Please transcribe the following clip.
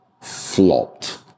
flopped